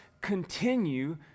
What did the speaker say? continue